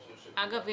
אגב,